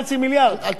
ואז מה הוא עשה?